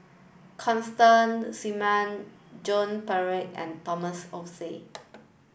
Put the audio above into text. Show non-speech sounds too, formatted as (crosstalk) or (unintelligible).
Constance (unintelligible) Joan Pereira and Thomas Oxley